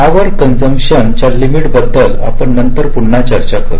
power consumption च्या limit बद्दल आपण नंतर पुन्हा चर्चा करू